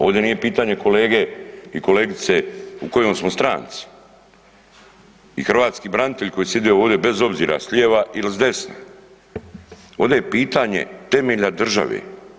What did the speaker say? Ovdje nije pitanje kolege i kolegice u kojoj smo stranci i hrvatski branitelji koje sjede ovdje bez obzira slijeva ili s desna, ovdje je pitanje temelja države.